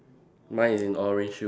mine is in orange shoes